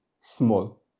small